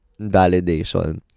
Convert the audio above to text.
Validation